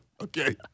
Okay